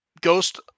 ghost